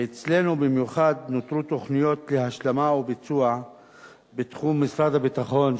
ואצלנו במיוחד נותרו תוכניות להשלמה וביצוע בתחום משרד הביטחון,